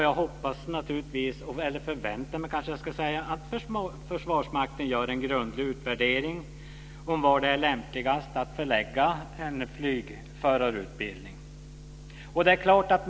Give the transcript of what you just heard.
Jag förväntar mig att Försvarsmakten gör en grundlig utvärdering om var det är lämpligast att förlägga en flygförarutbildning.